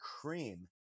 Cream